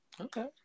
Okay